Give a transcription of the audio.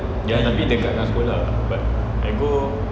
they wanna bid kat dalam sekolah but I go